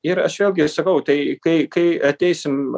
ir aš vėlgi sakau tai kai kai ateisim